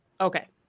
Okay